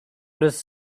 does